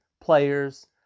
players